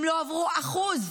הם לא עברו אחוז,